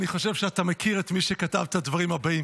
אני חושב שאתה מכיר את מי שכתב את הדברים הבאים.